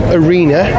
arena